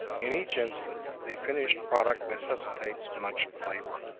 in each instance the finished product necessitates much labor.